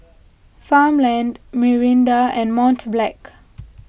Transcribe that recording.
Farmland Mirinda and Mont Blanc